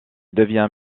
devient